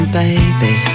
baby